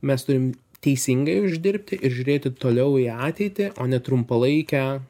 mes turim teisingai uždirbti ir žiūrėti toliau į ateitį o ne trumpalaikę